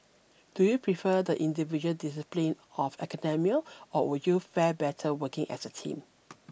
do you prefer the individual discipline of academia or would you fare better working as a team